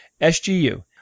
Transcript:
SGU